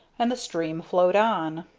and the stream flowed on.